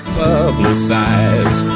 publicize